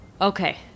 Okay